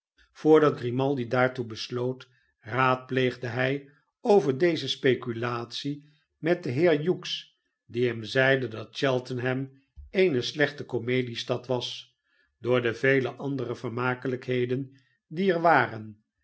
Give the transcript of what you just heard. voordat grimaldi daartoe besloot raadpleegde hij over deze speculatie met den heer hughes die hem zeide dat cheltenham eene slechte komediestad was door de vele andere vermakelijkheden die er waren